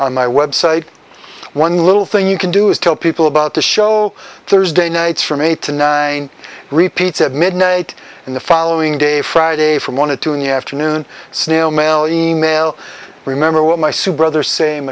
on my website one little thing you can do is tell people about the show thursday nights from eight to nine repeats at midnight and the following day friday from wanted to in the afternoon snail mail email remember well my super other same